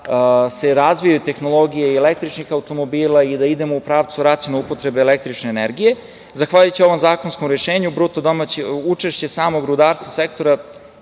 se razvijaju tehnologije i električnih automobila i da idemo u pravcu racionalne upotrebe električne energije. Zahvaljujući ovom zakonskom rešenju, učešće samog sektora